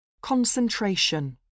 Concentration